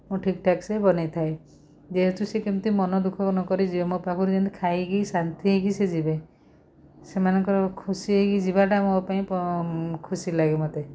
ମୁଁ ଠିକ୍ ଠାକ୍ସେ ବନେଇଥାଏ ଯେହେତୁ ସେ କେମିତି ମନଦୁଃଖ ନକରି ମୋ ପାଖରୁ ଖାଇକି ଶାନ୍ତି ହେଇକି ସେ ଯିବେ ସେମାନଙ୍କ ଖୁସି ହେଇକି ଯିବା ମୋ ପାଇଁ ଖୁସି ଲାଗେ ମୋତେ